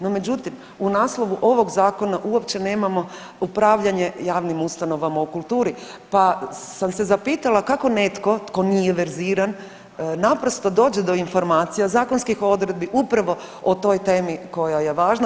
No međutim, u naslovu ovog zakona uopće nemamo upravljanje javnim ustanovama u kulturi, pa sam se zapitala kako netko tko nije verziran naprosto dođe do informacija, zakonskih odredbi upravo o toj temi koja je važna.